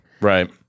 Right